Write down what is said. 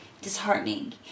disheartening